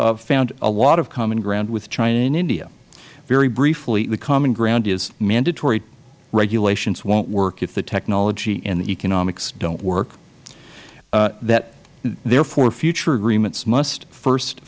found a lot of common ground with china and india very briefly the common ground is mandatory regulations won't work if the technology and economics don't work that therefore future agreements must first